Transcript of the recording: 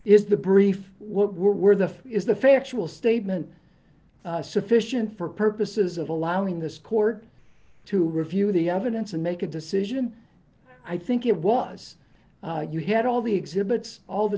is the brief what were the is the factual statement sufficient for purposes of allowing this court to review the evidence and make a decision i think it was you had all the exhibits all the